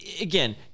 Again